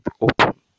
open